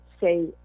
say